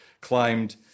climbed